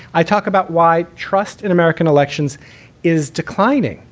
i talk about why trust in american elections is declining.